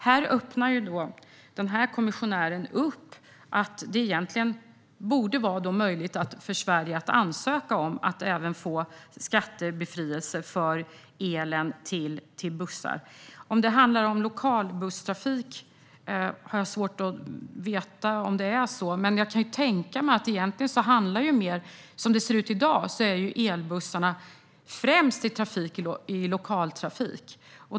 Här öppnar denna kommissionär upp för att det egentligen borde vara möjligt för Sverige att ansöka om skattebefrielse även för el till bussar. Jag vet inte om det handlar om lokalbusstrafik. Men som det ser ut i dag används elbussarna främst i lokaltrafik.